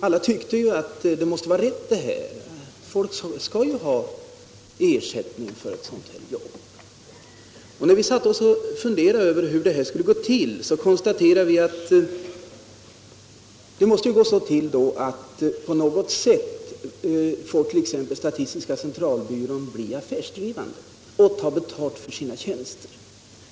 Alla tyckte det måste vara rätt att folk fick ersättning för ett sådant här uppgiftslämnande. När vi satte oss ner och funderade över hur det skulle gå till, konstaterade vi att t.ex. statistiska centralbyrån på något sätt måste bli affärsdrivande och ta betalt för sina tjänster.